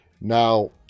Now